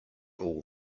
all